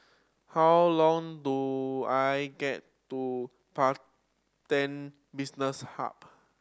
how long do I get to Pantech Business Hub